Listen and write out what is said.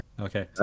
Okay